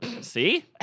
See